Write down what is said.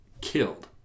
killed